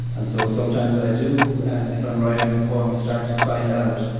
and so sometimes, i do, um if i'm writing a poem, start to sign it out,